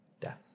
death